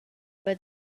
but